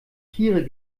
tiere